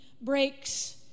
breaks